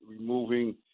removing